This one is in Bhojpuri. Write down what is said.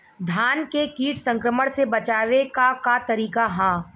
धान के कीट संक्रमण से बचावे क का तरीका ह?